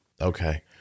Okay